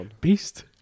beast